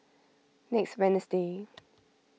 next Wednesday